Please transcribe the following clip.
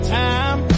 time